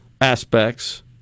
aspects